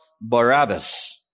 Barabbas